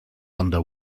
under